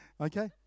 Okay